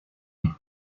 park